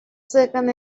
shaken